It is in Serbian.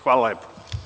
Hvala lepo.